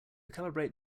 calibrate